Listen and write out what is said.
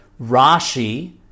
rashi